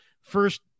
first